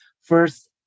first